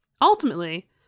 Ultimately